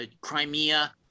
Crimea